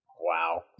wow